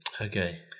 okay